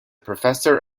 professor